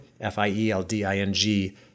F-I-E-L-D-I-N-G